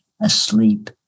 asleep